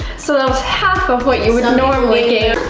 so that's half of what you would normally